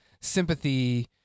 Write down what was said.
sympathy